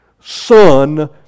Son